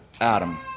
Adam